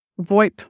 VoIP